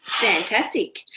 Fantastic